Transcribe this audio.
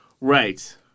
Right